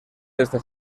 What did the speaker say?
desde